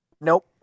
Nope